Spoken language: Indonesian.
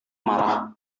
marah